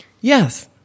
Yes